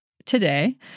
Today